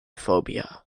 phobia